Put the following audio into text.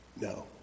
No